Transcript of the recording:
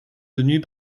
tenus